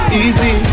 easy